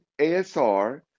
ASR